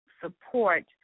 support